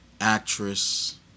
actress